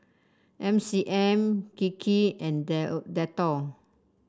M C M Kiki and Dettol